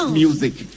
music